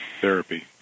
therapy